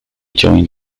joined